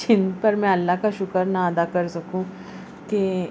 جن پر میں اللہ کا شکر نا ادا کر سکوں کہ